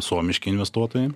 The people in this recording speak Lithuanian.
suomiški investuotojai